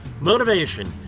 motivation